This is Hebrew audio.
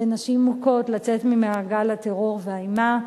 לנשים מוכות לצאת ממעגל הטרור והאימה.